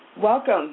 Welcome